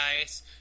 guys